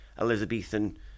Elizabethan